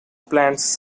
plants